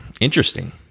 Interesting